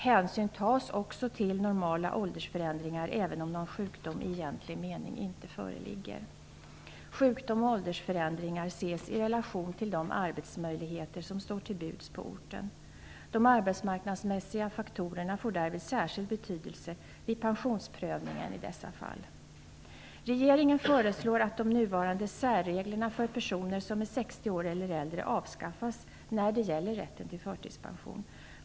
Hänsyn tas också till normala åldersförändringar även om någon sjukdom i egentlig mening inte föreligger. Sjukdom och åldersförändringar ses i relation till de arbetsmöjligheter som står till buds på orten. De arbetsmarknadsmässiga faktorerna får därvid särskild betydelse vid pensionsprövningen i dessa fall. Regeringen föreslår att de nuvarande särreglerna för personer som är 60 eller äldre avskaffas när det gäller rätten till förtidspension.